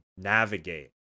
navigate